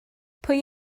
pwy